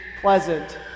pleasant